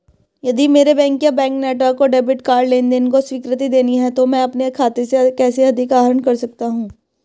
यदि मेरे बैंक या बैंक नेटवर्क को डेबिट कार्ड लेनदेन को स्वीकृति देनी है तो मैं अपने खाते से कैसे अधिक आहरण कर सकता हूँ?